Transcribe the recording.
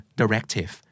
directive